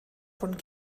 von